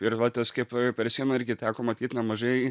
ir va tas kaip per sieną irgi teko matyt nemažai